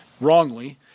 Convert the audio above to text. wrongly